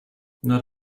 not